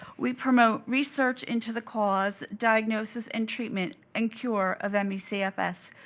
we promote research into the cause, diagnosis and treatment, and cure of me cfs.